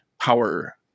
power